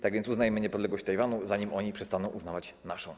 Tak więc uznajmy niepodległość Tajwanu, zanim oni przestaną uznawać naszą.